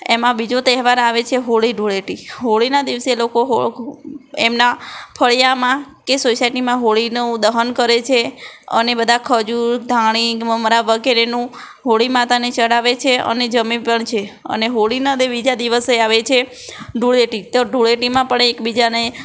એમાં બીજો તહેવાર આવે છે હોળી ધૂળેટી હોળીના દિવસે લોકો એમનાં ફળિયામાં કે સોસાયટીમાં હોળીનું દહન કરે છે અને બધા ખજૂર ધાણી મમરા વગેરેનું હોળી માતાને ચઢાવે છે અને જમે પણ છે અને હોળીના બીજા દિવસે આવે છે ધૂળેટી તો ધૂળેટીમાં પણ એકબીજાને